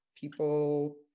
people